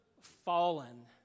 fallen